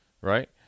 right